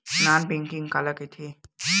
Non banking काला कइथे?